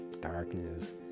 darkness